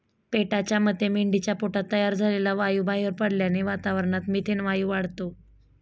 पेटाच्या मते मेंढीच्या पोटात तयार झालेला वायू बाहेर पडल्याने वातावरणात मिथेन वायू वाढतो